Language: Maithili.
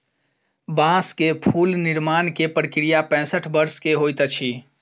बांस से फूल निर्माण के प्रक्रिया पैसठ वर्ष के होइत अछि